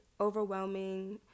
overwhelming